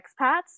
expats